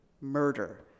murder